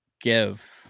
give